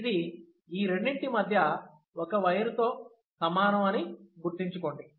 ఇది ఈ రెండింటి మధ్య ఒక వైరు తో సమానం అని గుర్తించుకోండి